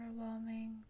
overwhelming